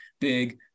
big